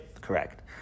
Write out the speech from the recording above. correct